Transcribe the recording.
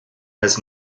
has